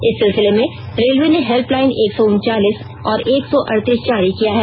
इस सिलसिले में रेलवे ने हेल्पलाइन एक सौ उनचालीस और एक सौ अडतीस जारी किया है